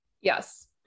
Yes